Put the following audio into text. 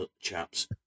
chaps